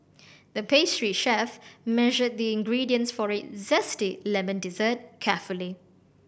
the pastry chef measured the ingredients for a zesty lemon dessert carefully